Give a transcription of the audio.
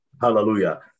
Hallelujah